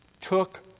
took